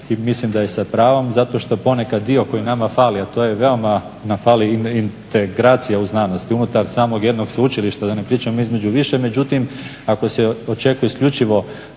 mislim da je sa pravom, zato što ponekad dio koji nama fali, a to je veoma nam fali integracija u znanost unutar samog jednog sveučilišta da ne pričam između više. Međutim, ako se očekuje isključivo